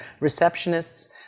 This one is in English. receptionists